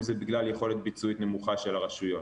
זה בגלל יכולת ביצועית נמוכה של הרשויות.